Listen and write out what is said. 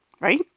right